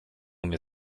mnie